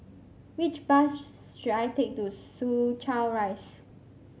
which bus should I take to Soo Chow Rise